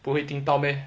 不会听到 meh